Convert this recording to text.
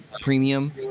Premium